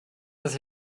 das